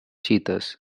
cheetahs